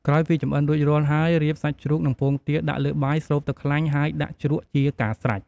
ក្រោយពីចម្អិនរួចរាល់ហើយ រៀបសាច់ជ្រូកនិងពងទាដាក់លើបាយ ស្រូបទឹកខ្លាញ់ ហើយដាក់ជ្រក់ជាការស្រេច។